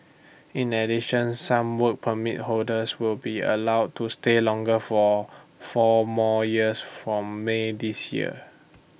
in addition some Work Permit holders will be allowed to stay longer for four more years from may this year